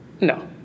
No